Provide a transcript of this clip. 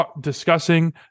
discussing